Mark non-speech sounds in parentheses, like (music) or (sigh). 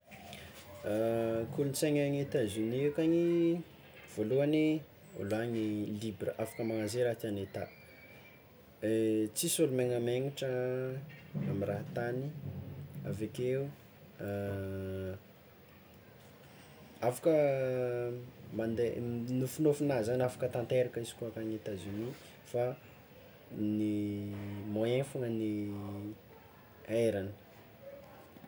(hesitation) Kolotsainan' y Etazonia akany, voalohany olo any libra afaka magnagno ze raha tiagny atao, tsisy olo megnamegnatra, avekeo (hesitation) afaka mandeha, nofinofinao zany afaka tanteraka izy koa any Etazonia fa ny moyen fôgna ny erany.